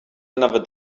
another